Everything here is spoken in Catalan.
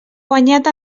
guanyat